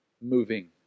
moving